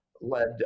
led